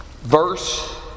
verse